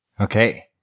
Okay